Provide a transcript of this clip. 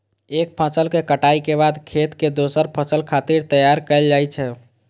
एक फसल के कटाइ के बाद खेत कें दोसर फसल खातिर तैयार कैल जाइ छै